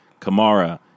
Kamara